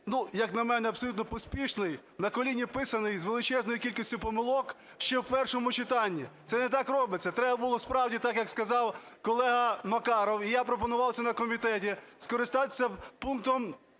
є, як на мене, абсолютно поспішний, на коліні писаний, із величезною кількістю помилок, ще в першому читанні. Це не так робиться. Треба було, справді, так, як сказав колега Макаров, і я пропонував це на комітеті, скористатися пунктом